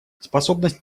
способность